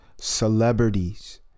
celebrities